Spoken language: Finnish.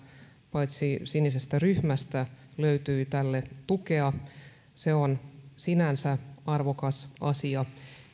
paitsi sinisestä ryhmästä löytyi tälle tukea se on sinänsä arvokas asia